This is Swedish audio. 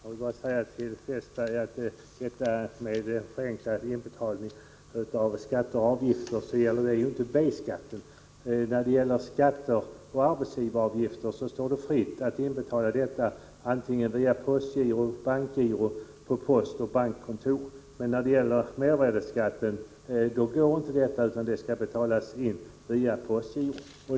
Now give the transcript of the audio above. Fru talman! Låt mig bara säga till Olle Westberg att i fråga om förenklade inbetalningsrutiner för skatter och avgifter handlar det inte om B-skatten. Det står nämligen var och en fritt att betala in skatter och arbetsgivaravgifter via postgiro eller bankgiro på postoch bankkontor. Mervärdeskatten däremot kan bara betalas in via postgiro.